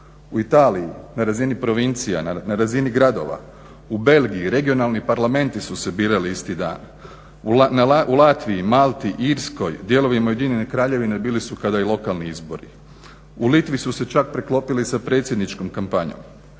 U Italiji na razini provincija, na razini gradova, u Belgiji regionalni parlamenti su se birali isti dan, na Latviji, u Latviji, Malti, Irskoj, dijelovima Ujedinjenog kraljevine bili su kada i lokalni izbori. U Litvi su se čak preklopili sa predsjedničkom kampanjom.